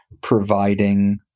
providing